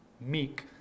meek